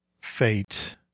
Fate